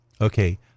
okay